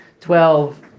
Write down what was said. twelve